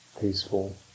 peaceful